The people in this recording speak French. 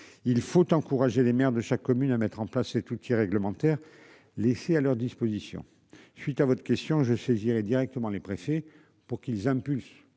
Il faut encourager les maires de chaque commune à mettre en place et tout outil réglementaire. Laissés à leur disposition. Suite à votre question, je saisirai directement les préfets pour qu'ils impulsent